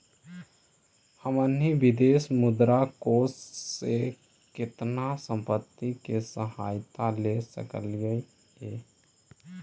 हमनी विदेशी मुद्रा कोश से केतना संपत्ति के सहायता ले सकलिअई हे?